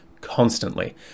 constantly